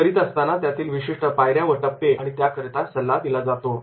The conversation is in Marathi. हे करीत असताना त्यातील विशिष्ट पायऱ्या व टप्पे आणि त्याकरिता सल्ला दिला जातो